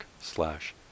slash